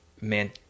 man